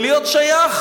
ולהיות שייך